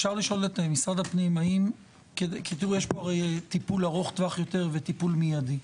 אשר לשאול את משרד הפנים יש פה טיפול ארוך טווח יותר וטיפול מיידי.